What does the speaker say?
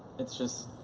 it's just,